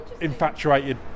infatuated